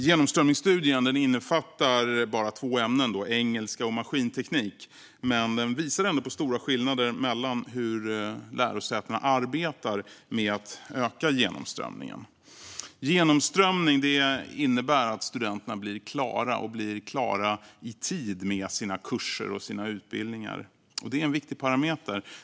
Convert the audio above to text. Genomströmningsstudien innefattar bara två ämnen - engelska och maskinteknik - men den visar ändå på stora skillnader mellan hur lärosätena arbetar med att öka genomströmningen. Genomströmning innebär att studenterna blir klara, och att de blir klara i tid med sina kurser och utbildningar. Det är en viktig parameter.